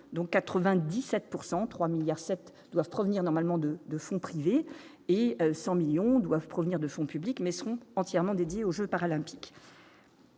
pourcent 3 milliards 7 doivent provenir normalement de de fonds privés et 100 millions doivent provenir de fonds publics mais sont entièrement dédié aux Jeux paralympiques.